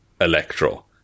Electro